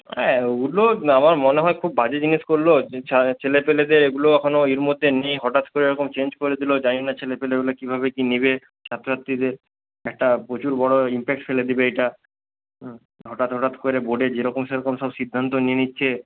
অ্যা ওগুলো আমার মনে হয় খুব বাজে জিনিস করলো যে ছা ছেলে পেলেদের এগুলো এখনও এর মধ্যে নেই হঠাৎ করে এরকম চেঞ্জ করে দিলো জানিনা ছেলে পেলেগুলো কিভাবে কী নেবে ছাত্রছাত্রীদের একটা প্রচুর বড়ো ইমপ্যাক্ট ফেলে দেবে এটা হু হটাৎ হঠাৎ করে বোর্ডে যেরকম সেরকম সব সিদ্ধান্ত নিয়ে নিচ্ছে